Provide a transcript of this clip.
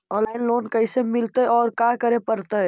Online loan कैसे मिलतै औ का करे पड़तै?